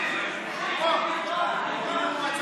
חבר הכנסת